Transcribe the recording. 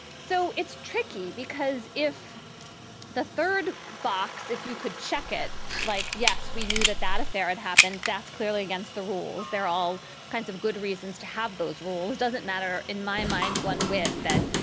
so it's tricky because if the third box if you could check it like yes we knew that that affair had happened. that's clearly against the rules. there are all kinds of good reasons to have those rules doesn't matter. in my mind one wit that.